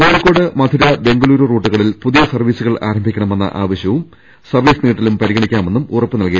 Kozhikode Madurai Bengaluru റൂട്ടുകളിൽ പുതിയ സർവ്വീസുകൾ ആരംഭിക്കണമെന്ന ആവശ്യവും സർപ്പീസ് നീട്ടൽ പരിഗണിക്കാമെന്നും ഉറപ്പ് നൽകി